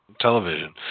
television